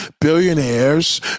Billionaires